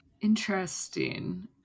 Interesting